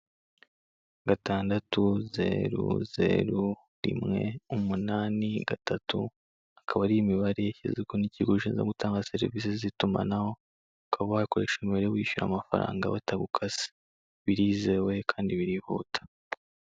Gatandatu, zeru, zeru, rimwe, umunani, gatatu, aaba ari imibare yashyizweho n'ikigo gishinzwe gutanga serivise z'itumanaho, ukaba wakoresha iyi mibare wishyura amafaranga batagukase. Birizewe kandi birihuta.